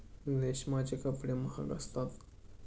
रेशमाचे कपडे महाग असतात